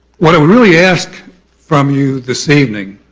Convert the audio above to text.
what i really ask from you this evening